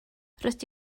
rydw